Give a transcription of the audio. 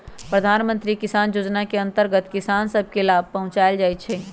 प्रधानमंत्री किसान जोजना के अंतर्गत किसान सभ के लाभ पहुंचाएल जाइ छइ